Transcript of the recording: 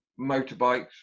motorbikes